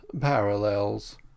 parallels